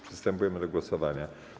Przystępujemy do głosowania.